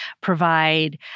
provide